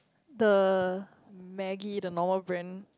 the Maggi the normal brand